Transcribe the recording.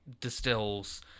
distills